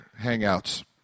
hangouts